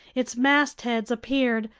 its mastheads appeared,